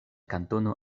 kantono